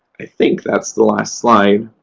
i think that's the last slide.